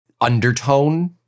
undertone